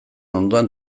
ondoan